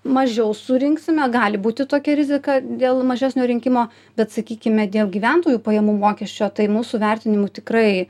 mažiau surinksime gali būti tokia rizika dėl mažesnio rinkimo bet sakykime dėl gyventojų pajamų mokesčio tai mūsų vertinimu tikrai